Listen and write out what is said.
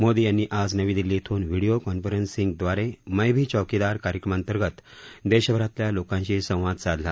मोदी यांनी आज नवी दिल्ली इथून व्हिडीओ कॉन्फरसिंगद्वारे मै भी चौकीदार कार्यक्रमांतर्गत देशभरातल्या लोकांशी संवाद साधला